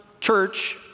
church